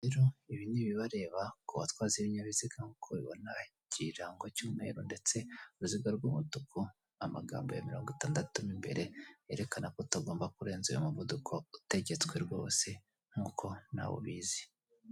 Rero ibi ni ibibareba ku batwaza ibinyabiziga nkuko ubibona ikirango cy'umweru ndetse uruziga rw'umutuku amagambo ya mirongo itandatu imbere yerekana ko utagomba kurenza umuvuduko utegetswe rwose nk'uko nawe ubizi.